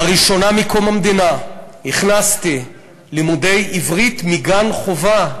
לראשונה מקום המדינה הכנסתי לימודי עברית מגן-חובה,